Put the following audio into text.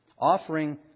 Offering